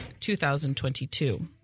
2022